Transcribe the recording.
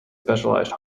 specialized